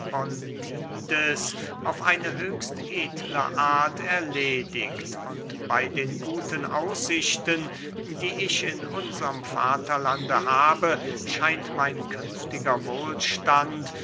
auf eine höchst edle art erledigt und bey den guten aussichten die ich in unserm vaterlande habe scheint mein künftiger wohlstand